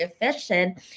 efficient